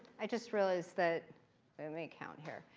i just realized that let me count here.